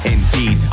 Indeed